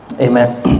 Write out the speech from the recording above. Amen